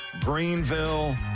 Greenville